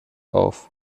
auf